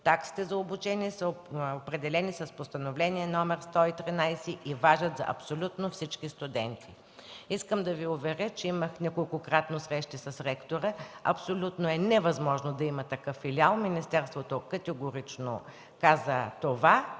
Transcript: Таксите за обучение са определени с Постановление № 113 и важат за абсолютно всички студенти. Искам да Ви уверя, че имах неколкократно срещи с ректора – абсолютно е невъзможно да има такъв филиал, министерството категорично каза това